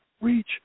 reach